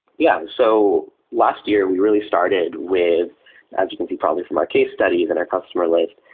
yeah. and so last year, we really started with as you can see probably from our case studies and our customer list,